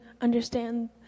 understand